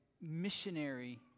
missionary